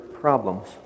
problems